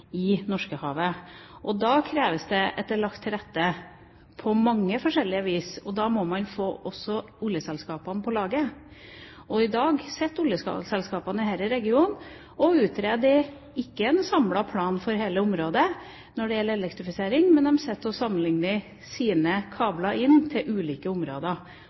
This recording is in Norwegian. i Norskehavet. Da kreves det at det er lagt til rette på mange forskjellige vis. Da må man også få oljeselskapene med på laget. I dag sitter oljeselskapene i denne regionen og utreder ikke en samlet plan for hele området når det gjelder elektrifisering, men de sitter og sammenligner sine kabler inn til ulike områder.